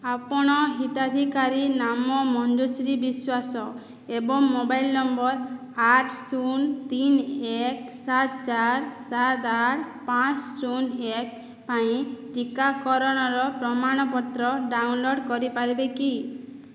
ଆପଣ ହିତାଧିକାରୀ ନାମ ମଞ୍ଜୁଶ୍ରୀ ବିଶ୍ୱାସ ଏବଂ ମୋବାଇଲ୍ ନମ୍ବର ଆଠ ଶୂନ ତିନି ଏକ ସାତ ଚାରି ସାତ ଆଠ ପାଞ୍ଚ ଶୂନ ଏକ ପାଇଁ ଟିକାକରଣର ପ୍ରମାଣପତ୍ର ଡାଉନଲୋଡ଼ କରିପାରିବେ କି